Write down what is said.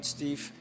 Steve